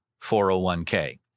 401k